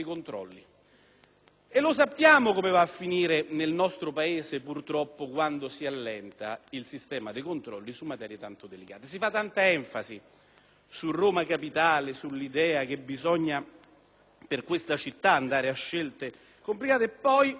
sappiamo come va a finire nel nostro Paese quando si allenta il sistema dei controlli su materie tanto delicate. Si dà tanta enfasi a Roma capitale, all'idea che bisogna compiere per questa città scelte complicate,